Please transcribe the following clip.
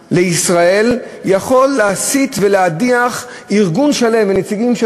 שנאה לישראל יכול להסית ולהדיח ארגון שלם ונציגים,